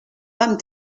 vam